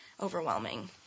overwhelming